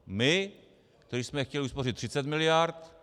My, kteří jsme chtěli uspořit 30 miliard?